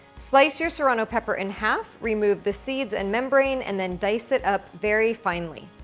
slice your serrano pepper in half, remove the seeds and membrane, and then dice it up very finely.